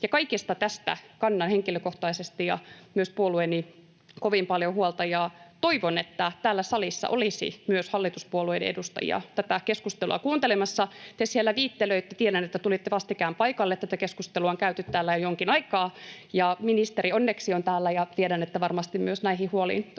Kaikesta tästä kannan henkilökohtaisesti, ja myös puolueeni, kovin paljon huolta ja toivon, että täällä salissa olisi myös hallituspuolueiden edustajia tätä keskustelua kuuntelemassa. [Pauli Aalto-Setälä nostaa kätensä] — Te siellä viittelöitte. Tiedän, että tulitte vastikään paikalle. Tätä keskustelua on käyty täällä jo jonkin aikaa. — Ministeri onneksi on täällä, ja tiedän, että varmasti myös näihin huoliin